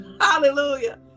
Hallelujah